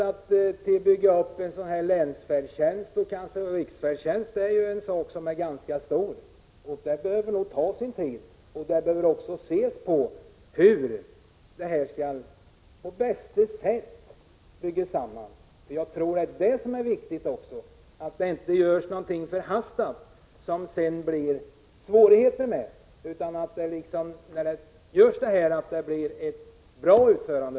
Att bygga upp en sådan länsfärdtjänst och kanske riksfärdtjänst är en ganska stor sak. Det måste få ta sin tid, och man måste också se på hur detta skall byggas samman på bästa sätt. Det är viktigt att det inte görs någonting förhastat som det sedan blir svårigheter med. Det gäller att få ett bra utförande.